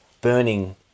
burning